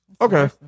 Okay